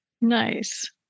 Nice